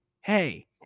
Hey